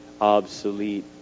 obsolete